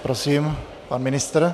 Prosím, pan ministr.